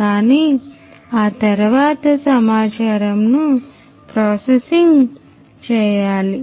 కానీ ఆ తరువాత సమాచారము ను ప్రాసెసింగ్ చేయాలి